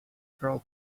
pearl